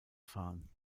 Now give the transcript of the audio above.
fahren